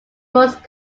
most